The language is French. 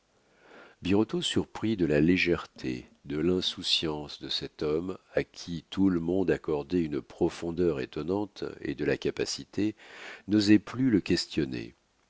birotteau surpris de la légèreté de l'insouciance de cet homme à qui tout le monde accordait une profondeur étonnante et de la capacité n'osait plus le questionner